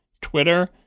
Twitter